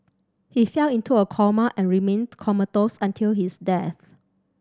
he fell into a coma and remained comatose until his death